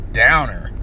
downer